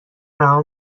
رها